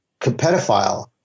pedophile